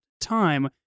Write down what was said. time